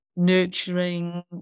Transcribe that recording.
nurturing